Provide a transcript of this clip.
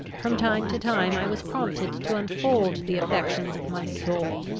from time to time i was prompted to unfold the affections of my soul,